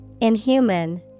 Inhuman